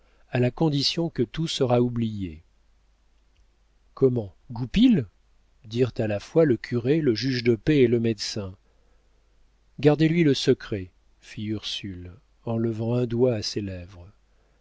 à la condition que tout sera oublié comment goupil dirent à la fois le curé le juge de paix et le médecin gardez lui le secret fit ursule en levant un doigt à ses lèvres